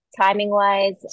Timing-wise